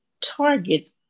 target